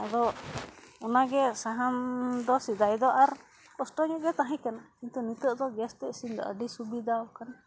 ᱟᱫᱚ ᱚᱱᱟᱜᱮ ᱥᱟᱦᱟᱱ ᱫᱚ ᱥᱮᱫᱟᱭ ᱫᱚ ᱟᱨ ᱠᱚᱥᱴᱚ ᱧᱚᱜ ᱜᱮ ᱛᱟᱦᱮᱸ ᱠᱟᱱᱟ ᱠᱤᱱᱛᱩ ᱱᱤᱛᱚᱜ ᱫᱚ ᱜᱮᱥ ᱛᱮ ᱤᱥᱤᱱ ᱫᱚ ᱟ ᱰᱤ ᱥᱩᱵᱤᱫᱟᱣ ᱠᱟᱱᱟ